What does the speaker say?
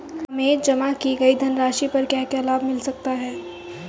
हमें जमा की गई धनराशि पर क्या क्या लाभ मिल सकता है?